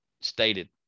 stated